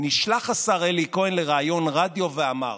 נשלח השר אלי כהן לריאיון רדיו ואמר: